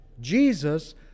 Jesus